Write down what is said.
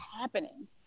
happening